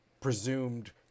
presumed